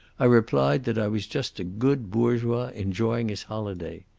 i replied that i was just a good bourgeois enjoying his holiday.